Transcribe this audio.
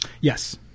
Yes